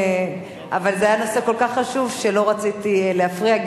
אבל זה היה נושא כל כך חשוב שלא רציתי להפריע.